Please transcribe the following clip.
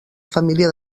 família